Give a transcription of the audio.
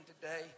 today